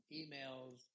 emails